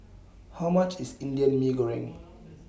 How much IS Indian Mee Goreng